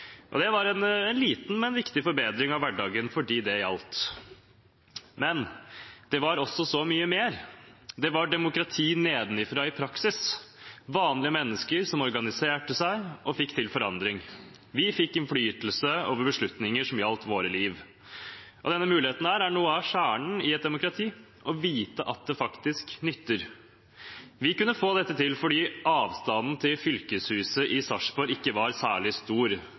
voksenbillett. Det var en liten, men viktig forbedring av hverdagen for dem det gjaldt, men det var også så mye mer. Det var demokrati nedenifra i praksis, vanlige mennesker som organiserte seg og fikk til forandring. Vi fikk innflytelse over beslutninger som gjaldt våre liv. Denne muligheten er noe av kjernen i et demokrati, å vite at det faktisk nytter. Vi kunne få dette til fordi avstanden til fylkeshuset i Sarpsborg ikke var særlig stor,